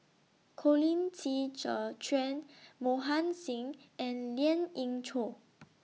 Colin Qi Zhe Quan Mohan Singh and Lien Ying Chow